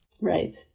Right